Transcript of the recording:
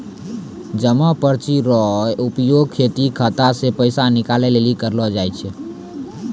जमा पर्ची रो उपयोग बैंक खाता से पैसा निकाले लेली करलो जाय छै